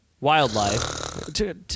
wildlife